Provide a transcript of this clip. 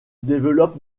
développe